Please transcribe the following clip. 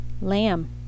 lamb